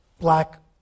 black